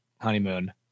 honeymoon